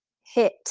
hit